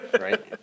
right